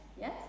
yes